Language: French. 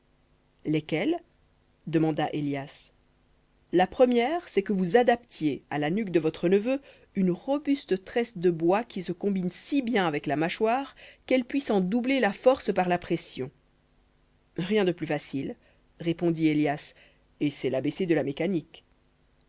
lesquelles demanda élias la première c'est que vous adaptiez à la nuque de votre neveu une robuste tresse de bois qui se combine si bien avec la mâchoire qu'elle puisse en doubler la force par la pression rien de plus facile répondit élias et c'est l abc de la mécanique